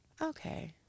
Okay